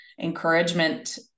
encouragement